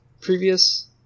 previous